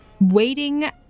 waiting